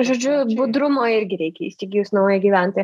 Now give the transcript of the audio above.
žodžiu budrumo irgi reikia įsigijus naują gyventoją